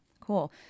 cool